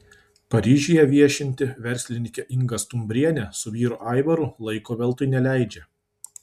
paryžiuje viešinti verslininkė inga stumbrienė su vyru aivaru laiko veltui neleidžia